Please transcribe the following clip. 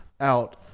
out